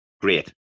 great